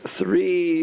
three